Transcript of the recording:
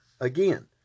again